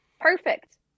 perfect